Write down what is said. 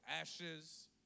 Ashes